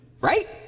right